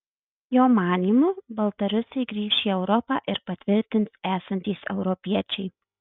jo manymu baltarusiai grįš į europą ir patvirtins esantys europiečiai